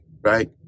Right